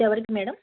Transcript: ఎవరికి మేడం